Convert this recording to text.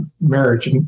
marriage